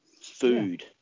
food